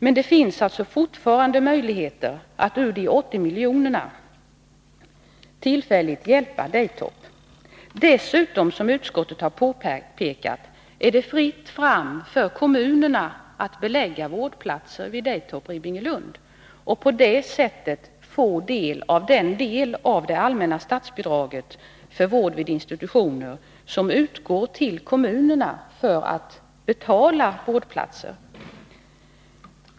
Men det finns alltså fortfarande möjligheter att med medel ur dessa 80 milj.kr. tillfälligt hjälpa Daytop. Dessutom är det, som utskottet har påpekat, fritt fram för kommunerna att belägga vårdplatser vid Daytop Ribbingelund och på det sättet få del av det allmänna statsbidrag för vård vid institutioner som utgår till kommunerna för att de skall kunna betala vårdplatser.